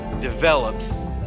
develops